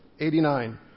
89